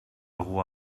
algú